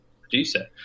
producer